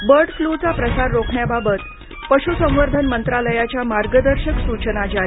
bird फ्ल्यूचा प्रसार रोखण्याबाबत पशुसंवर्धन मंत्रालयाच्या मार्गदर्शक सूचना जारी